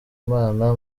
imana